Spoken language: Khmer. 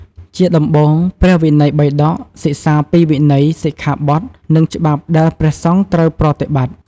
ជាដំបូង ព្រះវិន័យបិដក សិក្សាពីវិន័យ សិក្ខាបទ និងច្បាប់ដែលព្រះសង្ឃត្រូវប្រតិបត្តិ។